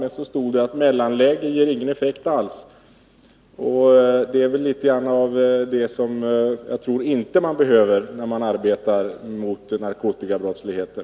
Men så stod det att mellanläge ger ingen effekt alls. Det här visar väl på litet av det som man inte behöver när man arbetar mot narkotikabrottsligheten.